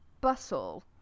bustle